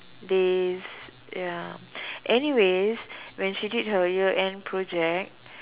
days ya anyways when she did her year end project